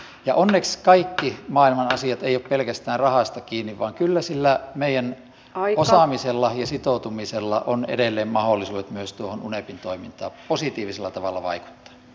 ja onneksi kaikki maailman asiat eivät ole pelkästään rahasta kiinni vaan kyllä sillä meidän osaamisella ja sitoutumisella on edelleen mahdollisuudet myös tuohon unepin toimintaan positiivisella tavalla vaikuttaa